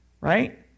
right